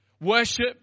worship